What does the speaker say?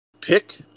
pick